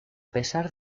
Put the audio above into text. pesar